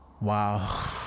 wow